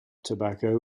tobacco